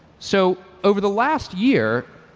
so over the last year,